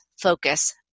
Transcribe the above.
focus